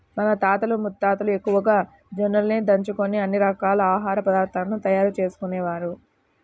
మన తాతలు ముత్తాతలు ఎక్కువగా జొన్నలనే దంచుకొని అన్ని రకాల ఆహార పదార్థాలను తయారు చేసుకునేవారు